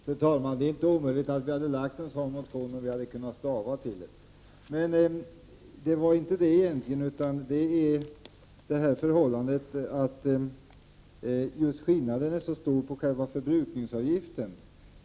Fru talman! Det är inte omöjligt att vi hade väckt en sådan motion om vi hade kunnat stava till de nämnda orden. Men det var egentligen inte det frågan gällde, utan förhållandet att det är så stora skillnader mellan förbrukningsavgifterna.